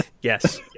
Yes